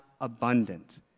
abundant